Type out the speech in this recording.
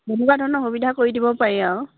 তেনেকুৱা ধৰণৰ সুবিধা কৰি দিব পাৰি আৰু